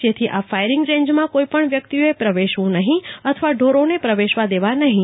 જેથી આ ફાથરીંગ રેંજમાં કોઇપણ વ્યકિતઓએ પ્રવેશવું નફીં અથવા ઢોરોને પ્રવેશવા દેવાનફીં